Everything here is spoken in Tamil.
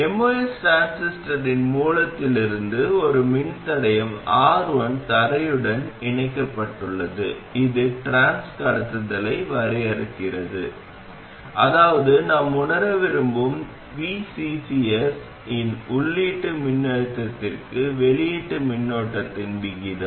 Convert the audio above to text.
MOS டிரான்சிஸ்டரின் மூலத்திலிருந்து ஒரு மின்தடையம் R1 தரையுடன் இணைக்கப்பட்டுள்ளது இது டிரான்ஸ் கடத்துதலை வரையறுக்கிறது அதாவது நாம் உணர விரும்பும் V C C S இன் உள்ளீட்டு மின்னழுத்தத்திற்கு வெளியீட்டு மின்னோட்டத்தின் விகிதம்